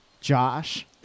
Josh